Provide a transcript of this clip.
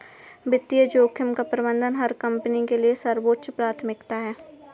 वित्तीय जोखिम का प्रबंधन हर कंपनी के लिए सर्वोच्च प्राथमिकता है